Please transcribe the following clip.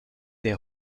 der